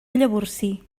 llavorsí